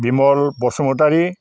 Bimal Basumatary